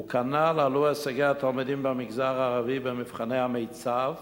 וכנ"ל עלו הישגי התלמידים במגזר הערבי במבחני המיצ"ב